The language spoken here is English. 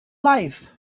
life